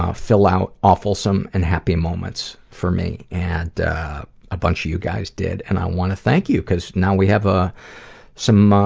ah, full out awefulsome and happy moments for me and a bunch of you guys did, and i want to thank you because now we have a some, ah